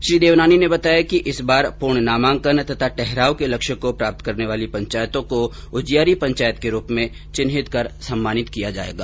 श्री देवनानी ने बताया कि इस बार पूर्ण नामांकन तथा ठहराव के लक्ष्य को प्राप्त करने वाली पंचायतों को उजियारी पंचायत के रूप में चिन्हित कर सम्मानित किया जायेगा